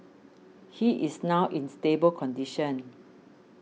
he is now in stable condition